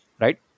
Right